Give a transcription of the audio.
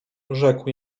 rzekł